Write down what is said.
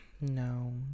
No